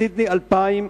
סידני 2000,